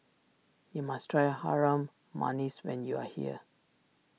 you must try Harum Manis when you are here